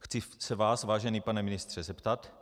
Chci se vás, vážený pane ministře, zeptat,